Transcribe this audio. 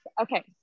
Okay